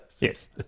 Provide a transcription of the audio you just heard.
Yes